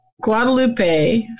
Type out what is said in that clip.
Guadalupe